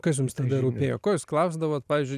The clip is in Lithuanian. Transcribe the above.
kas jums tada rūpėjo ko jūs klausdavot pavyzdžiui